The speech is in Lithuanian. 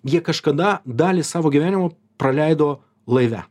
jie kažkada dalį savo gyvenimo praleido laive